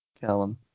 Callum